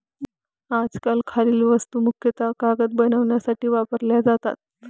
आजकाल खालील वस्तू मुख्यतः कागद बनवण्यासाठी वापरल्या जातात